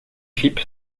clip